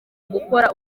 gukora